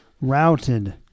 Routed